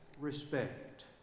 respect